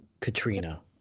Katrina